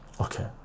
Okay